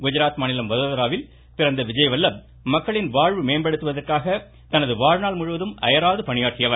குஜராத் மாநிலம் வதோதராவில் பிறந்த விஜய் வல்லப் மக்களின் வாழ்வு மேம்படுவதற்காக தனது வாழ்நாள் முழுவதும் அயராது பணியாற்றியவர்